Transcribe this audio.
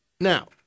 now